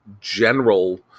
general